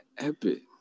epic